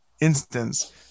instance